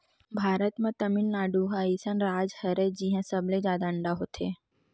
भारत म तमिलनाडु ह अइसन राज हरय जिंहा सबले जादा अंडा होथे